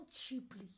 cheaply